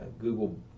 Google